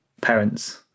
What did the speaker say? parents